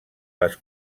les